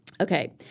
Okay